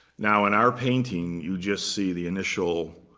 now, in our painting, you just see the initial